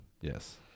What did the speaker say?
Yes